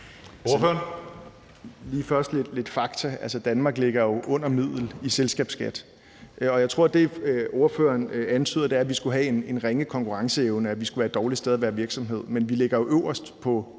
er her lige lidt fakta: Danmark ligger jo under middel i selskabsskat, og jeg tror, at det, ordføreren antyder, er, at vi skulle have en ringe konkurrenceevne, og at vi skulle være et dårligt sted at være virksomhed. Men vi ligger jo øverst på